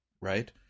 Right